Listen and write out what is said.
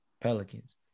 Pelicans